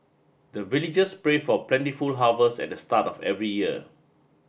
the villagers pray for plentiful harvest at the start of every year